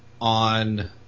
on